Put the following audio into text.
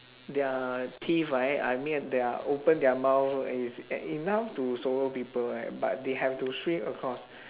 their teeth right I mean they're open their mouth is e~ enough to swallow people right but they have to swim across